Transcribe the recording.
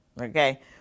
okay